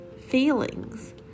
feelings